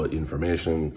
information，